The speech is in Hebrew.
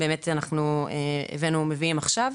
אנחנו מביאים עכשיו.